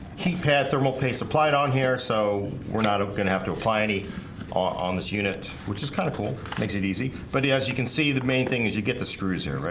keypad thermal paste apply it on here, so we're not gonna have to apply any on this unit which is kind of cool makes it easy but as you can see the main thing is you get the screws here right?